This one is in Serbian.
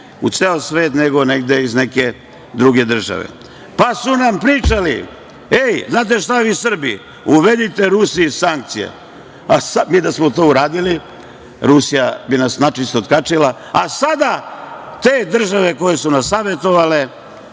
u ceo svet nego iz neke druge države. Pa, su nam pričali - znate šta, vi Srbi, uvedite Rusiji sankcije! Mi da smo to uradili Rusija bi nas načisto otkačila, a sada te države koje su nas savetovale